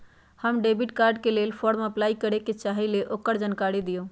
हम debit card के लेल फॉर्म अपलाई करे के चाहीं ल ओकर जानकारी दीउ?